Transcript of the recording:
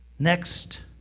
Next